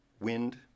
wind